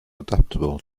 adaptable